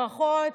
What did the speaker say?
ברכות.